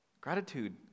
gratitude